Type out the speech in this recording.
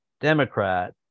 Democrat